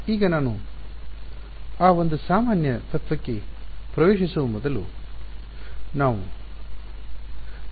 ಈಗ ನಾನು ಆ ಒಂದು ಸಾಮಾನ್ಯ ತತ್ವಕ್ಕೆ ಪ್ರವೇಶಿಸುವ ಮೊದಲು ನಾವು ಡಿರಾಯ್ವ ಮಾಡೋಣ